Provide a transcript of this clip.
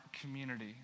community